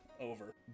over